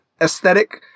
aesthetic